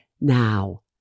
now